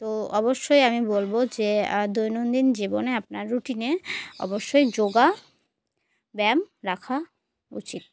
তো অবশ্যই আমি বলবো যে দৈনন্দিন জীবনে আপনার রুটিনে অবশ্যই যোগা ব্যায়াম রাখা উচিত